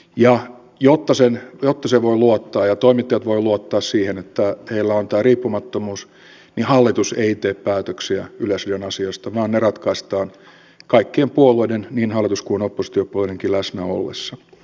ja jotta siihen voi luottaa ja toimittajat voivat luottaa siihen että heillä on tämä riippumattomuus niin hallitus ei tee päätöksiä yleisradion asioista vaan ne ratkaistaan kaikkien puolueiden niin hallitus kuin oppositiopuolueidenkin läsnä ollessa